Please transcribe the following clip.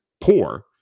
poor